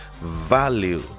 value